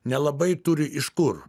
nelabai turi iš kur